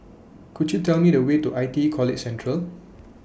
Could YOU Tell Me The Way to I T E College Central